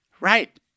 Right